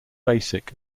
basic